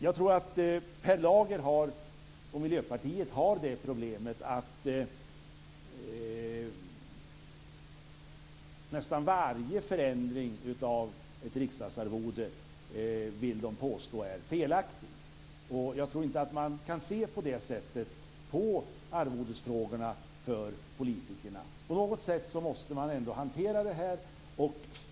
Jag tror att Per Lager och Miljöpartiet har det problemet att de vill påstå att nästan varje förändring av ett riksdagsarvode är felaktig. Jag tror inte att man kan se på frågorna om arvoden för politiker på det sättet. På något sätt måste man ändå hantera det här.